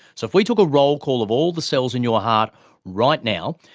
so if we took a rollcall of all of the cells in your heart right now,